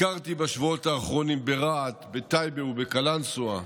בשבועות האחרונים ביקרתי ברהט, בטייבה ובקלנסווה,